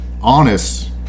honest